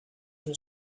will